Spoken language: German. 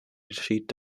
geschieht